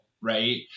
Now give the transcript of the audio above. right